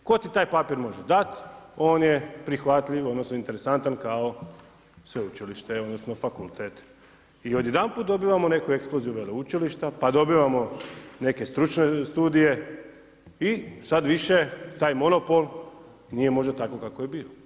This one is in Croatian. Tko ti taj papir može dati on je prihvatljiv, odnosno, interesantan kao sveučilište, odnosno, fakultet i odjedanput dobivamo neku … veleučilišta, pa dobivamo neke stručne studije i sada više taj monopol nije možda takvo kako je bilo.